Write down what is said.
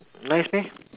nice meh